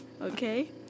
Okay